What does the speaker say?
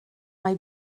mae